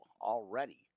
already